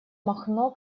махно